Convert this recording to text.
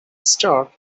start